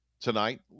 tonight